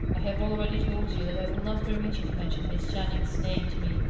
have already told you that i will not permit you to mention miss channing's name to me.